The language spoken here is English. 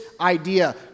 idea